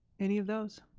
any of those?